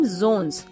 zones